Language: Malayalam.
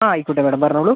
ആ ആയിക്കോട്ടെ മാഡം പറഞ്ഞോളൂ